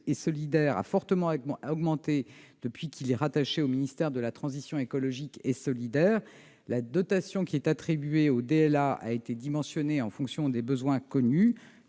et solidaire a fortement augmenté depuis qu'il est rattaché au ministère de la transition écologique et solidaire. La dotation attribuée aux DLA a été dimensionnée en fonction des besoins connus.